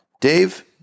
Dave